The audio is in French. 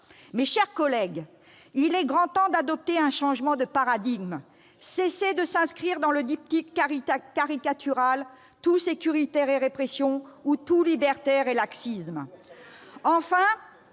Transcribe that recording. Mes chers collègues, il est grand temps de changer de paradigme, de cesser de s'inscrire dans le diptyque caricatural : tout-sécuritaire et répression ou tout-libertaire et laxisme !